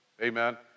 Amen